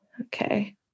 Okay